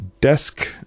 desk